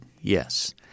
Yes